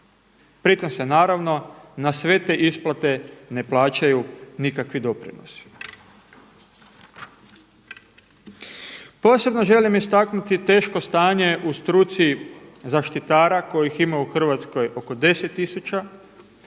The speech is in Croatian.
pri tome se naravno na sve te isplate ne plaćaju nikakvi doprinosi. Posebno želim istaknuti teško stanje u struci zaštitara kojih ima u Hrvatskoj oko 10